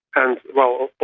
and, well,